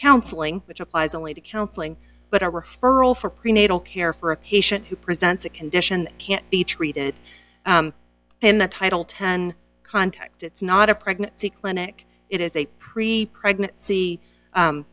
counseling which applies only to counseling but a referral for prenatal care for a patient who presents a condition can be treated in the title ten contact it's not a pregnancy clinic it is a pre pregnancy